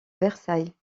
versailles